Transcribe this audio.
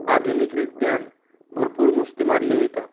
आधुनीक रित्त्यान भरपूर नुस्तें मारले वयता